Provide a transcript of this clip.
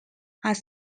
are